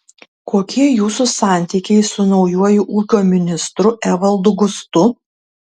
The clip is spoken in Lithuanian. kokie jūsų santykiai su naujuoju ūkio ministru evaldu gustu